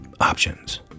options